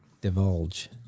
divulge